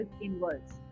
inwards